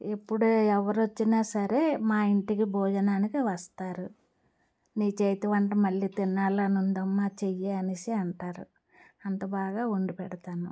ఎప్పుడే ఎవరు వచ్చినా సరే మా ఇంటికి భోజనానికి వస్తారు నీ చేతి వంట మళ్ళీ తినాలని ఉందమ్మా చెయ్యి అనేసి అంటారు అంత బాగా వండిపెడతాను